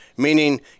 Meaning